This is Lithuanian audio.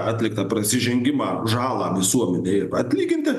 atliktą prasižengimą žalą visuomenei ir atlyginti